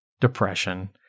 depression